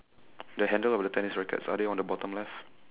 the handle of the tennis rackets are they on the bottom left